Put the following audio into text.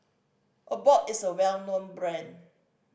Abbott is a well known brand